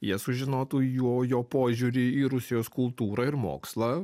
jie sužinotų jo jo požiūrį į rusijos kultūrą ir mokslą